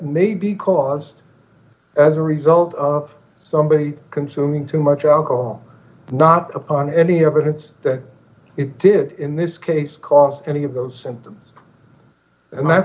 may be caused as a result of somebody consuming too much alcohol not upon any evidence that it did in this case cause any of those symptoms and